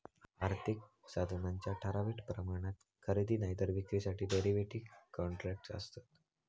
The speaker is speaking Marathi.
आर्थिक साधनांच्या ठराविक प्रमाणात खरेदी नायतर विक्रीसाठी डेरीव्हेटिव कॉन्ट्रॅक्टस् आसत